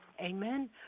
Amen